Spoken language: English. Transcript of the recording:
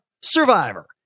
survivor